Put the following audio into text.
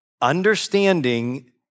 understanding